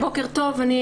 בוקר טוב,